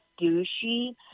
douchey